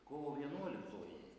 kovo vienuoliktoji